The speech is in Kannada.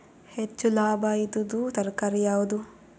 ಹೆಚ್ಚು ಲಾಭಾಯಿದುದು ತರಕಾರಿ ಯಾವಾದು?